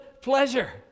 pleasure